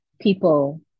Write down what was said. people